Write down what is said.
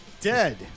dead